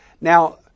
Now